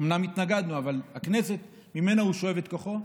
אומנם התנגדנו, אבל מהכנסת הוא שואב את כוחו.